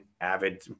avid